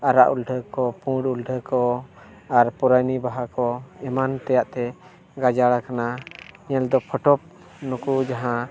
ᱟᱨᱟᱜ ᱩᱞᱰᱷᱟᱹ ᱠᱚ ᱯᱩᱸᱰ ᱩᱞᱰᱷᱟᱹ ᱠᱚ ᱟᱨ ᱯᱚᱨᱟᱭᱚᱱᱤ ᱵᱟᱦᱟ ᱠᱚ ᱮᱢᱟᱱ ᱛᱮᱭᱟᱜ ᱛᱮ ᱜᱟᱡᱟᱲ ᱟᱠᱟᱱᱟ ᱧᱮᱞᱛᱮ ᱯᱷᱳᱴᱳ ᱱᱩᱠᱩ ᱡᱟᱦᱟᱸ